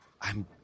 I'm